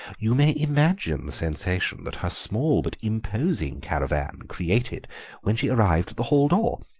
you may imagine the sensation that her small but imposing caravan created when she arrived at the hall door.